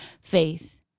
faith